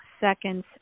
seconds